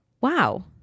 wow